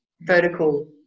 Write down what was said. vertical